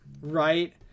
right